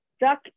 duck